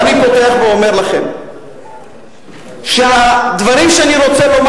ואני פותח ואומר לכם שהדברים שאני רוצה לומר